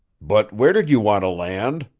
but where did you want to land?